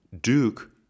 Duke